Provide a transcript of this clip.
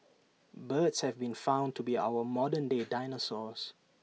birds have been found to be our modern day dinosaurs